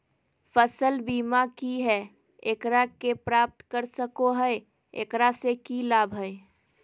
फसल बीमा की है, एकरा के प्राप्त कर सको है, एकरा से की लाभ है?